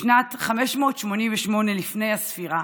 בשנת 588 לפני הספירה,